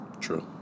True